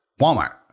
Walmart